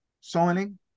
signing